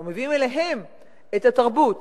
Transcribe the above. אנחנו מביאים אליהם את התרבות,